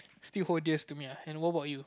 still hold dears to me ah and what about you